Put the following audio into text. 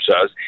says